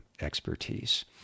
expertise